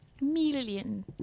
Million